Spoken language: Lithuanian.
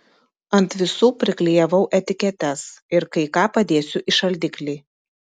ant visų priklijavau etiketes ir kai ką padėsiu į šaldiklį